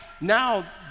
now